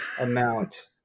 amount